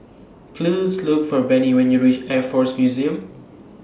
Please Look For Bennie when YOU REACH Air Force Museum